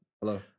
Hello